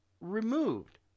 removed